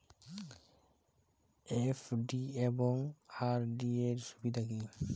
FD এবং RD এর সুবিধা কী?